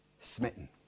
smitten